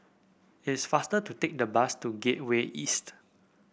it is faster to take the bus to Gateway East